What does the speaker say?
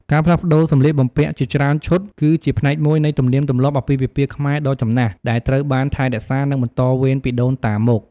ការផ្លាស់ប្ដូរសម្លៀកបំពាក់ជាច្រើនឈុត គឺជាផ្នែកមួយនៃ ទំនៀមទម្លាប់អាពាហ៍ពិពាហ៍ខ្មែរដ៏ចំណាស់ ដែលត្រូវបានថែរក្សា និងបន្តវេនពីដូនតាមក។